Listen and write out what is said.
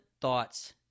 thoughts